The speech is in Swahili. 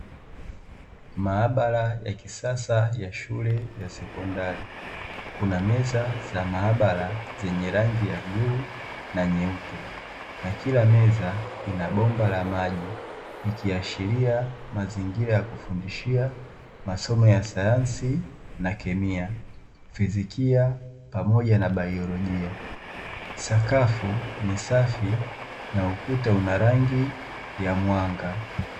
Maabara ya kisasa ya shule ya sekondari kuna meza za maabara zenye rangi ya bluu na nyeupe na kila meza ina bomba la maji ikiashilia mazingira ya kufundishia masomo ya sayansi na kemia ,fizikia pamoja na baiolojia, sakafu ni safi na ukuta una rangi ya mwanga .